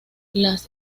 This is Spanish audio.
las